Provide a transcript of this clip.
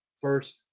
first